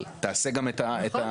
אבל תעשה גם את --- נכון.